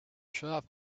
shop